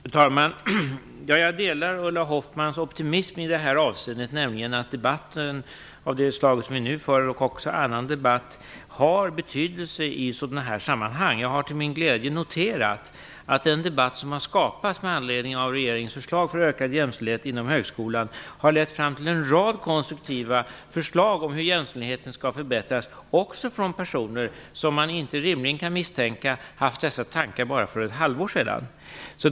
Fru talman! Jag delar Ulla Hoffmanns optimism i det här avseendet. Den debatt som vi nu för, och också andra debatter, har nämligen betydelse i sådana här sammanhang. Till min glädje noterar jag att den debatt som skapats med anledning av regeringens förslag för ökad jämställdhet inom högskolan har lett fram till en rad konstruktiva förslag om hur jämställdheten skall förbättras; också från personer som man rimligen inte kan misstänka hade dessa tankar bara för ett halvår sedan.